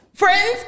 Friends